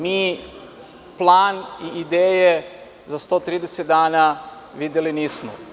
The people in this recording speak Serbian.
Mi plan i ideje za 130 dana videli nismo.